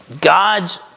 God's